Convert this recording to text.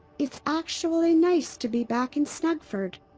it's actually nice to be back in snuggford.